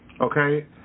Okay